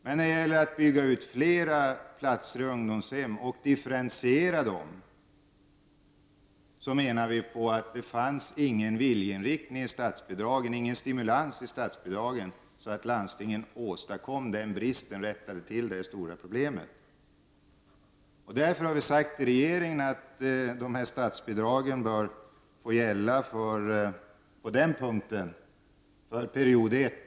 Men när det gäller att bygga ut fler platser på ungdomshemmen och differentiera dessa menar vi att det inte fanns någon viljeinriktning, stimulans, i statsbidragen för att landstingen skulle kunna komma till rätta med bristerna och därmed lösa detta stora problem. Därför har vi sagt till regeringen att statsbidragen bör få gälla på den punkten för period 1.